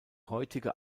heutige